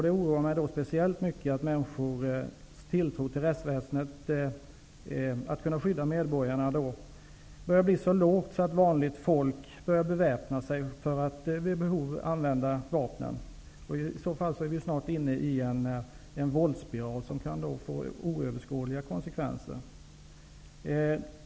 Det oroar mig att människors tilltro till rättsväsendets förmåga att kunna skydda medborgarna börjar bli så lågt att de börjar beväpna sig för att vid behov använda vapnen. I så fall är vi snart inne i en våldsspiral som kan få oöverskådliga konsekvenser.